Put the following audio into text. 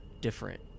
different